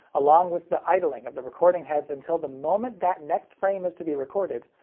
along with the idling of the recording heads until the moment that next frame is to be recorded,